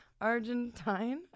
Argentine